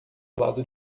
lado